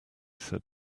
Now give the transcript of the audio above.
said